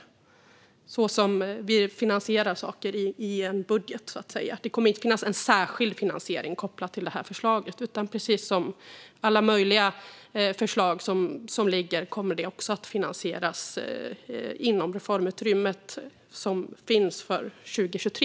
Det är så vi finansierar saker i en budget. Det kommer inte att finnas en särskild finansiering kopplad till det här förslaget. Precis som för alla möjliga förslag som ligger kommer det också att finansieras inom det reformutrymme som finns för 2023.